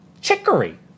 Chicory